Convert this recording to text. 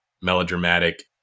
melodramatic